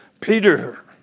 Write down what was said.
Peter